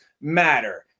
matter